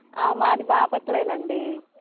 మాది బాపట్లేనండి